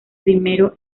primero